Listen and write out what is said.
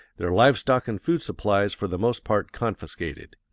their live stock and food supplies for the most part confiscated.